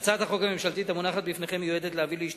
הצעת חוק זו הובאה כחלק מההסכמות בין הממשלה,